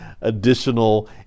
additional